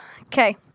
Okay